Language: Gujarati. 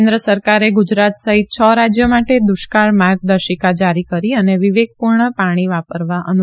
કેન્દ્ર સરકારે ગુજરાત સહિત છ રાજ્યો માટે દુષ્કાળ માર્ગદર્શિકા જારી કરી અને વિવેકપૂર્ણ રીતે પાણી વાપરવા અનુરોધ કર્યો